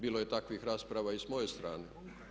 Bilo je takvih rasprava i sa moje strane.